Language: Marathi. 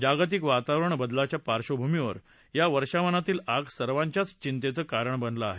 जागतिक वातावरण बदलाच्या पार्श्वभूमीवर या वर्षावनातील आग सर्वांच्याच चिंतेचं कारण बनलं आहे